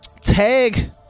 tag